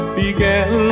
began